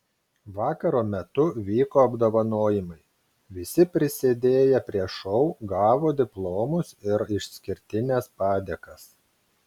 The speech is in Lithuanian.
vakaro metu vyko apdovanojimai visi prisidėję prie šou gavo diplomus ir išskirtines padėkas